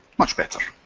much better.